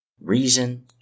reason